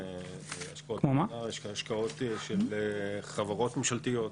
יש השקעות של חברות ממשלתיות.